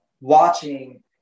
watching